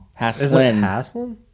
Haslin